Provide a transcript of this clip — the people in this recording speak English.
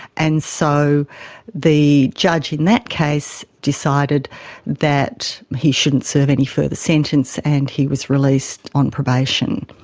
and so the judge in that case decided that he shouldn't serve any further sentence and he was released on probation.